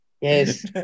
Yes